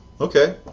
Okay